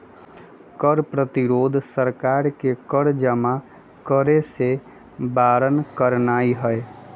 कर प्रतिरोध सरकार के कर जमा करेसे बारन करनाइ हइ